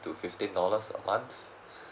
to fifteen dollars a month